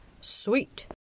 Sweet